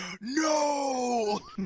No